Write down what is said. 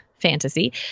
fantasy